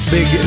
Big